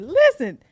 listen